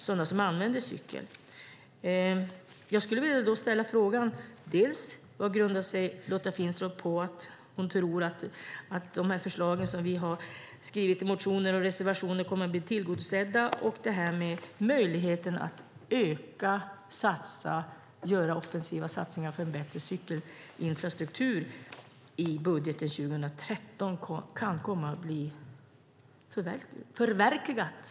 Jag undrar alltså dels på vad Lotta Finstorp grundar sin tro att förslagen som vi har lämnat i motioner och reservationer kommer att bli tillgodosedda, dels om möjligheten att öka, satsa och göra offensiva satsningar för en bättre cykelinfrastruktur kan komma att förverkligas i budgeten 2013.